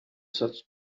such